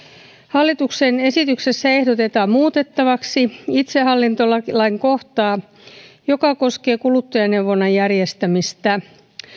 hallituksen esityksessä ehdotetaan muutettavaksi itsehallintolain kohtaa joka koskee kuluttajaneuvonnan järjestämistä